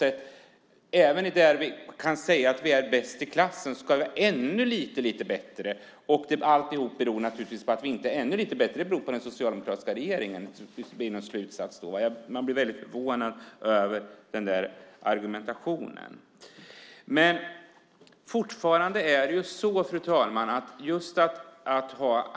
Även när vi kan säga att vi är bäst i klassen ska vi bli ännu lite bättre. Att vi inte är ännu lite bättre beror på den socialdemokratiska regeringen, blir slutsatsen då. Jag blir väldigt förvånad över den argumentationen. Fru talman!